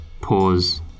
pause